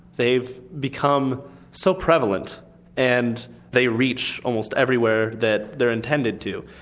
they've become so prevalent and they reach almost everywhere that they're intended to.